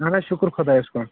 اہن حظ شُکُر خۄدایَس کُن